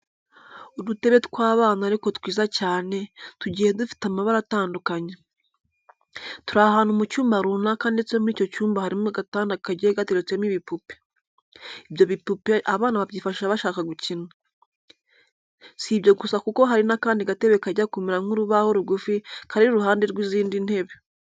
Udutebe tw'abana ariko twiza cyane, tugiye dufite amabara atandukanye. Turi ahantu mu cyumba runaka ndetse muri icyo cyumba harimo agatanda kagiye gateretsemo ibipupe. Ibyo bipupe abana babyifashisha bashaka gukina. Si ibyo gusa kuko hari n'akandi gatebe kajya kumera nk'urubaho rugufi kari iruhande rw'izindi ntebe.